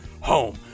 Home